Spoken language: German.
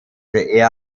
für